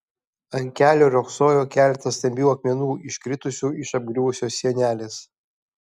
ant kelio riogsojo keletas stambių akmenų iškritusių iš apgriuvusios sienelės